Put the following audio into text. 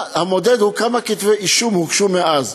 המודד הוא כמה כתבי אישום הוגשו מאז.